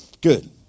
Good